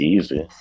Easy